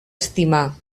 estimar